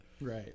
right